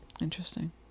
Interesting